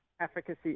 efficacy